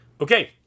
Okay